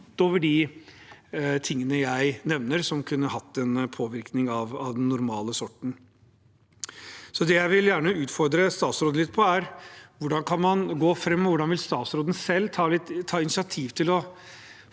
utover de tingene jeg nevner som kunne hatt en påvirkning av den normale sorten. Det jeg gjerne vil utfordre statsråden litt på, er: Hvordan kan man gå fram, og hvordan vil statsråden selv ta initiativ til å